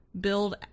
build